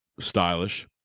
stylish